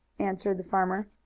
answered the farmer.